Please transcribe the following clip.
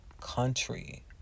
country